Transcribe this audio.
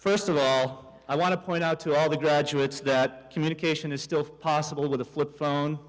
first of all i want to point out to all the graduates that communication is still possible with a flip phone